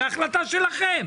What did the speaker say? בהחלטה שלכם,